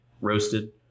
roasted